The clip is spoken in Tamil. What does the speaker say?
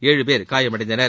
ஏழு பேர் காயமடைந்தனர்